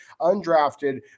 undrafted